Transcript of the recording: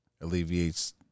alleviates